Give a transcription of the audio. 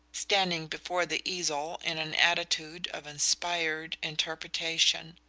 standing before the easel in an attitude of inspired interpretation,